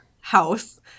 house